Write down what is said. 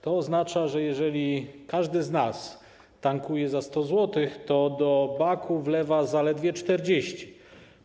To oznacza, że jeżeli każdy z nas tankuje za 100 zł, to do baku wlewa zaledwie za 40 zł.